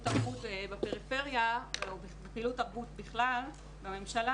תרבות בפריפריה או בפעילות תרבות בכלל בממשלה,